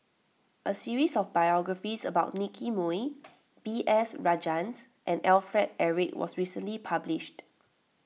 a series of biographies about Nicky Moey B S Rajhans and Alfred Eric was recently published